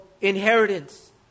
inheritance